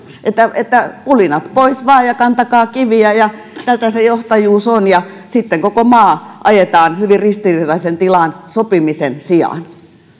että että pulinat pois vain ja kantakaa kiviä ja tätä se johtajuus on sitten koko maa ajetaan hyvin ristiriitaiseen tilaan sopimisen sijaan